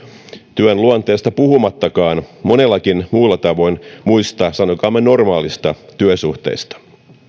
työn luonteesta puhumattakaan monella muullakin tavoin muista sanokaamme normaaleista työsuhteista